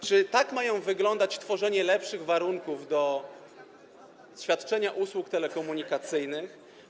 Czy tak ma wyglądać tworzenie lepszych warunków do świadczenia usług telekomunikacyjnych?